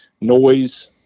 noise